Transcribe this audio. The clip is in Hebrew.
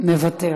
מוותר.